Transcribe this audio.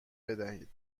بدهید